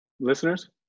listeners